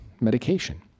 medication